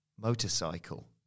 motorcycle